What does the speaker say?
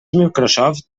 microsoft